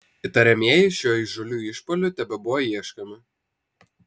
įtariamieji šiuo įžūliu išpuoliu tebebuvo ieškomi